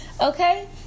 okay